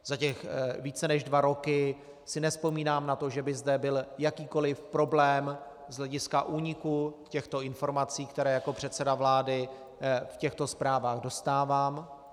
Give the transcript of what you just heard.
Za ty více než dva roky si nevzpomínám na to, že by zde byl jakýkoliv problém z hlediska úniku těchto informací, které jako předseda vlády v těchto zprávách dostávám.